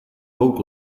donc